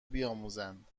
بیاموزند